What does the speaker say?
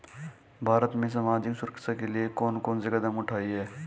भारत में सामाजिक सुरक्षा के लिए कौन कौन से कदम उठाये हैं?